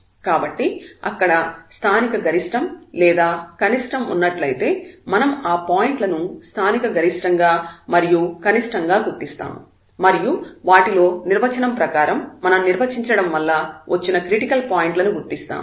కాబట్టి అక్కడ స్థానికగరిష్టం లేదా కనిష్టం ఉన్నట్లయితే మనం ఆ పాయింట్లను స్థానిక గరిష్ఠంగా మరియు కనిష్టంగా గుర్తిస్తాము మరియు వాటిలో నిర్వచనం ప్రకారం మనం నిర్వచించడం వల్ల వచ్చిన క్రిటికల్ పాయింట్ల ను గుర్తిస్తాము